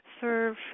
serve